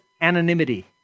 anonymity